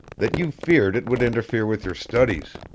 that you feared it would interfere with your studies.